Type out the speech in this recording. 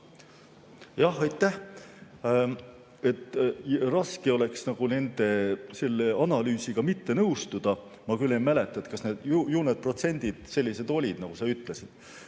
tasu? Aitäh! Raske oleks selle analüüsiga mitte nõustuda. Ma küll ei mäleta, kas need ... Ju need protsendid sellised olid, nagu sa ütlesid.